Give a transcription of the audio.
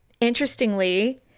Interestingly